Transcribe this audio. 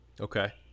Okay